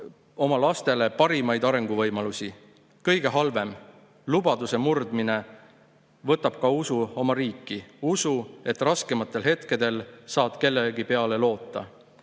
oma lastele parimaid arenguvõimalusi. Kõige halvem: lubaduse murdmine võtab ka usu oma riiki, usu, et raskematel hetkedel saad kellegi peale loota.